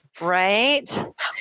Right